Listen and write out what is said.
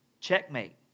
Checkmate